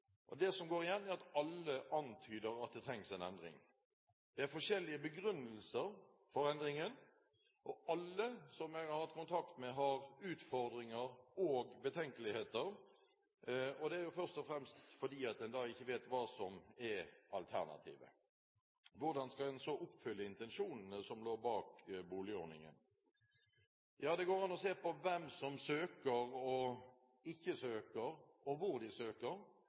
Det som går igjen, er at alle antyder at det trengs en endring. Det er forskjellige begrunnelser for endringen, og alle som jeg har hatt kontakt med, har utfordringer og betenkeligheter. Det er først og fremst fordi en ikke vet hva som er alternativet. Hvordan skal en så oppfylle intensjonene som lå bak boligordningen? Da går det an å se på hvem som søker og ikke søker, og hvor de søker, og det viser seg i dag at det er én gruppe prester som søker